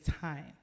time